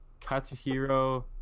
katsuhiro